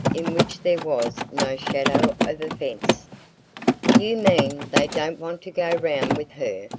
in which there was no shadow of offense. you mean they don't want to go round with her?